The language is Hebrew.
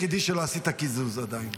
אני היחיד שלא עשית איתו קיזוז עדיין.